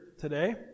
today